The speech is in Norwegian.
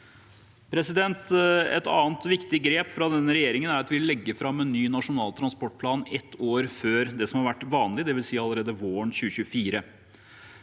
oss godt. Et annet viktig grep fra denne regjeringen er at vi legger fram en ny nasjonal transportplan ett år før det som har vært vanlig, dvs. allerede våren 2024.